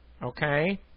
Okay